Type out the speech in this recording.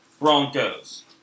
Broncos